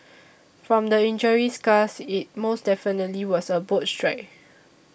from the injury scars it most definitely was a boat strike